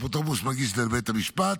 האפוטרופוס מגיש לבית המשפט,